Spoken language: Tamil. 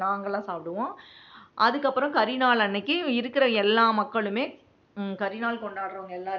நாங்கல்லாம் சாப்பிடுவோம் அதுக்கப்பறம் கரி நாள் அன்றைக்கி இருக்கிற எல்லா மக்களுமே கரி நாள் கொண்டாடுறவங்க எல்லோருமே